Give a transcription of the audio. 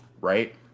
right